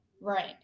Right